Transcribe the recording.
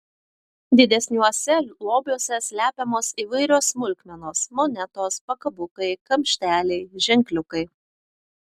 didesniuose lobiuose slepiamos įvairios smulkmenos monetos pakabukai kamšteliai ženkliukai